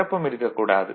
குழப்பம் இருக்கக் கூடாது